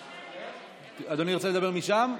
אדוני רוצה לדבר משם?